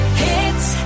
hits